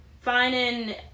finding